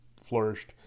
flourished